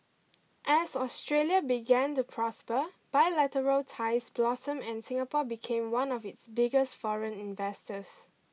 as Australia began to prosper bilateral ties blossomed and Singapore became one of its biggest foreign investors